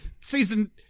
season